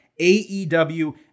AEW